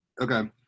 Okay